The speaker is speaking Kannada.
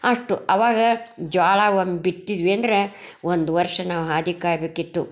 ಅಷ್ಟು ಆವಾಗ ಜೋಳ ಒಂದು ಬಿತ್ತಿದ್ವಿ ಅಂದ್ರೆ ಒಂದು ವರ್ಷ ನಾವು ಹಾದಿ ಕಾಯಬೇಕಿತ್ತು